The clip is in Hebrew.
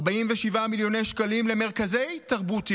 47 מיליון שקלים למרכזי תרבות יהודית.